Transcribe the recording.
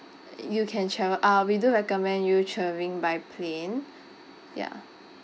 you can travel ah we do recommend you travelling by plane ya